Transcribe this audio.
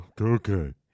okay